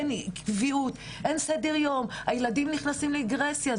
אין קביעות, אין סדר יום, הילדים נכנסים לרגרסיה.